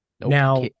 Now